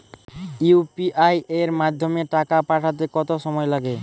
UPI এর মাধ্যমে টাকা পাঠাতে কত সময় লাগে?